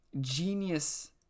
genius